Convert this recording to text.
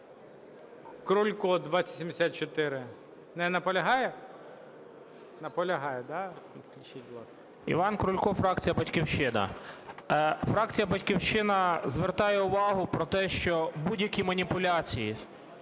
Крулько, 2074. Не наполягає? Наполягає. 13:19:36 КРУЛЬКО І.І. Іван Крулько, фракція "Батьківщина". Фракція "Батьківщина" звертає увагу про те, що будь-які маніпуляції,